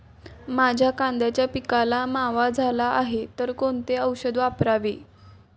माझ्या कांद्याच्या पिकाला मावा झाला आहे तर कोणते औषध वापरावे?